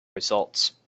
results